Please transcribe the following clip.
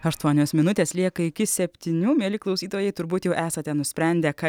aštuonios minutės lieka iki septynių mieli klausytojai turbūt jau esate nusprendę ką